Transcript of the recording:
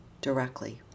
directly